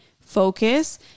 focus